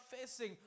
facing